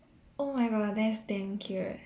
oh my god that's damn cute